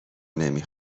نمی